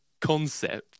concept